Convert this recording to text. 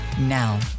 Now